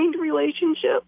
relationship